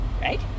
right